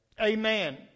Amen